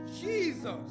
Jesus